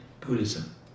Buddhism